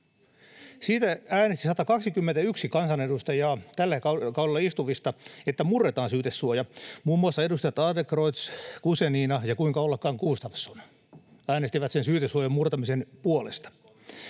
Siitä äänesti 121 kansanedustajaa, tällä kaudella istuvista, että murretaan syytesuoja. Muun muassa edustajat Adlercreutz, Guzenina ja, kuinka ollakaan, Gustafsson äänestivät sen syytesuojan murtamisen puolesta.